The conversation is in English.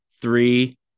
three